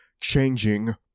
changing